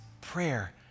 prayer